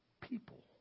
people